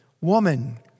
Woman